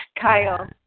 Kyle